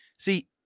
See